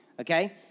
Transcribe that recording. okay